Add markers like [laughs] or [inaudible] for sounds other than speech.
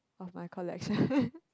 of my collection [laughs]